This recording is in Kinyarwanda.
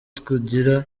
tugira